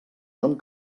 són